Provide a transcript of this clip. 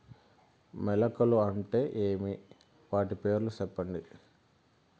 మొలకలు అంటే ఏమి? వాటి పేర్లు సెప్పండి?